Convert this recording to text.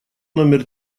номер